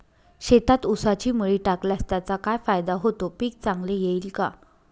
शेतात ऊसाची मळी टाकल्यास त्याचा काय फायदा होतो, पीक चांगले येईल का?